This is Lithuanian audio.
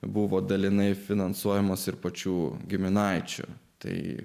buvo dalinai finansuojamos ir pačių giminaičių tai